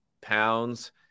pounds